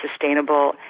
sustainable